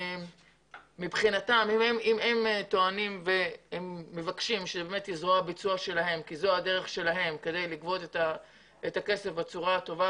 אם הם מבקשים שתהיה להם זרוע ביצוע לגביית הכסף בצורה הטובה